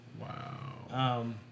Wow